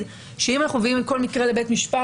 שאם אנחנו מביאים כל מקרה לבית המשפט,